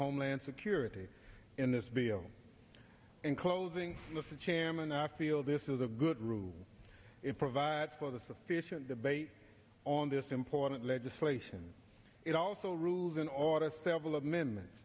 homeland security in this bill in closing let the chairman i feel this is a good rule it provides for the sufficient debate on this important legislation and it also rules in august several amendments